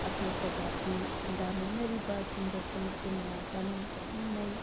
ꯑꯇꯣꯞꯄ ꯖꯥꯇꯤ ꯈꯨꯟꯗꯥꯃꯤꯟꯅꯔꯤꯕ ꯁꯤꯡꯒꯁꯨ ꯄꯨꯟꯅ ꯆꯥꯃꯤꯟ ꯊꯛꯃꯤꯟꯅꯩ